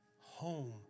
home